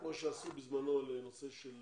כמו שעשו בזמנו לנושא של